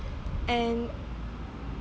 and